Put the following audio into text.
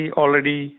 already